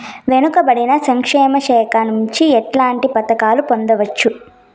వెనుక పడిన సంక్షేమ శాఖ నుంచి ఎట్లాంటి పథకాలు పొందవచ్చు?